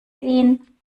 ihn